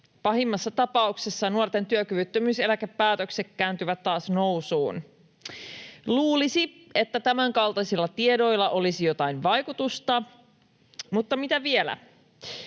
Pahimmassa tapauksessa nuorten työkyvyttömyyseläkepäätökset kääntyvät taas nousuun. Luulisi, että tämänkaltaisilla tiedoilla olisi jotain vaikutusta, mutta mitä vielä.